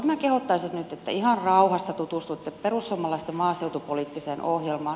minä kehottaisin nyt että ihan rauhassa tutustutte perussuomalaisten maaseutupoliittiseen ohjelmaan